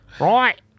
Right